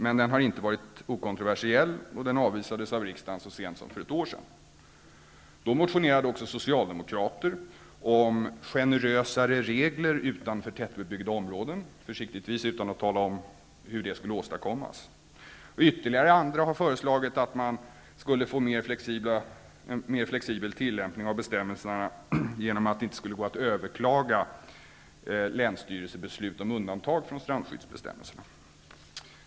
Men den har inte varit okontroversiell, och den avvisades av riksdagen så sent som för ett år sedan. Då motionerade också socialdemokrater om generösare regler utanför tättbebyggda områden, försiktigtvis utan att tala om hur det skulle åstadkommas. Ytterligare andra har föreslagit att man skulle få en mer flexibel tillämpning av bestämmelserna genom att det inte skulle gå att överklaga länsstyrelsebeslut om undantag från strandskyddsbestämmelserna.